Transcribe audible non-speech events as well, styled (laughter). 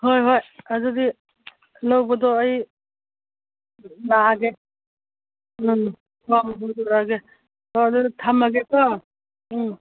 ꯍꯣꯏ ꯍꯣꯏ ꯑꯗꯨꯗꯤ ꯂꯧꯕꯗꯣ ꯑꯩ ꯂꯥꯛꯑꯒꯦ ꯎꯝ (unintelligible) ꯑꯣ ꯑꯗꯨꯗꯤ ꯊꯝꯃꯒꯦꯀꯣ ꯎꯝ